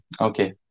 okay